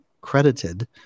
credited